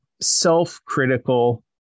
self-critical